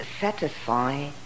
satisfy